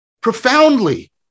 profoundly